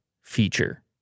feature